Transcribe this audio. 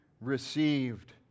received